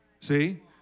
See